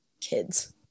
kids